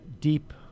deep